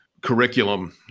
curriculum